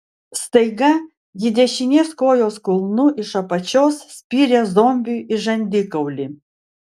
staiga ji dešinės kojos kulnu iš apačios spyrė zombiui į žandikaulį